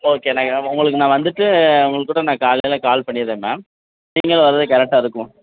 okay நான் உங்களுக்கு நான் வந்துவிட்டு உங்களுக்கு கூட நான் காலையில் கால் பண்ணிடுறேன் மேம் நீங்களும் வர்றதுக்கு கரெக்டாக இருக்கும்